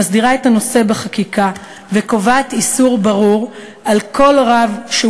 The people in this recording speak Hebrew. מסדירה את הנושא בחקיקה וקובעת איסור ברור על כל רב שהוא